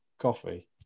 coffee